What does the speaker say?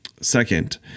Second